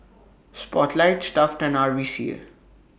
Spotlight Stuff'd and R V C A